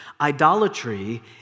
Idolatry